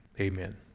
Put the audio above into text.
amen